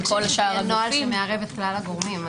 מערב את כלל הגורמים.